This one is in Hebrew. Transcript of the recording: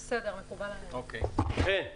חן,